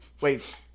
Wait